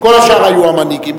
כל השאר היו המנהיגים,